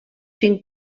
cinc